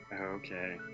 Okay